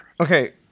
Okay